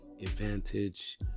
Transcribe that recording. advantage